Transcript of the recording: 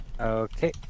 Okay